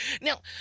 Now